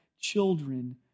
children